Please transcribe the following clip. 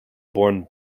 born